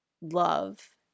love